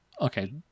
okay